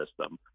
system